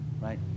Right